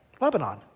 Lebanon